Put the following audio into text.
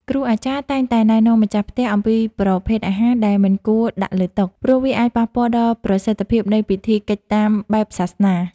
គ្រូអាចារ្យតែងតែណែនាំម្ចាស់ផ្ទះអំពីប្រភេទអាហារដែលមិនគួរដាក់លើតុ ព្រោះវាអាចប៉ះពាល់ដល់ប្រសិទ្ធភាពនៃពិធីកិច្ចតាមបែបសាសនា។